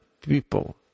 people